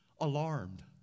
Alarmed